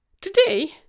Today